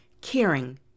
Caring